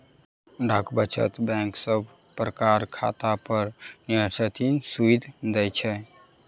डाक वचत बैंक सब प्रकारक खातापर निश्चित सूइद दैत छै